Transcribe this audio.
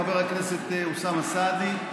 חבר הכנסת אוסאמה סעדי.